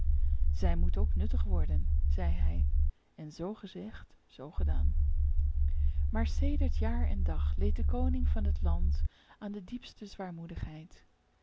zij moet ook nuttig worden zei hij en zoo gezegd zoo gedaan maar sedert jaar en dag leed de koning van het land aan de diepste zwaarmoedigheid